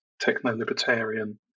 techno-libertarian